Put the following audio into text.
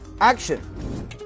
action